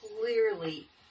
clearly